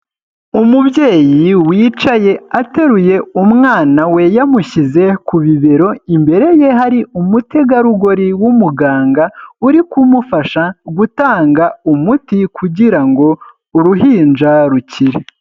Umubyeyi wicaye ateruye umwana we yamushyize ku bibero, imbere ye hari umutegarugori w'umuganga uri kumufasha gutanga umuti kugira ngo uruhinja rukire.